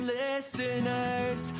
listeners